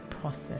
process